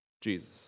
Jesus